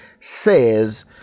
says